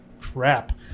crap